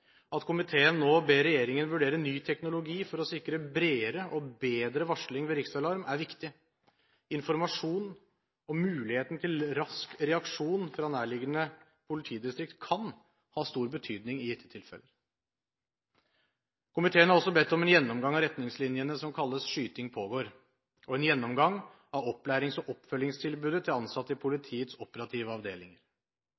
At komiteen nå ber regjeringen vurdere ny teknologi for å sikre bredere og bedre varsling ved riksalarm, er viktig. Informasjon og mulighet til rask reaksjon fra nærliggende politidistrikter kan ha stor betydning i gitte tilfeller. Komiteen har også bedt om en gjennomgang av retningslinjene som kalles «skyting pågår», og en gjennomgang av opplærings- og oppfølgingstilbudet til ansatte i